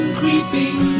creeping